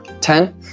Ten